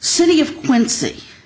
city of quincy